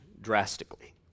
drastically